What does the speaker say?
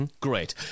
Great